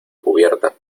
cubierta